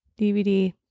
DVD